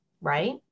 right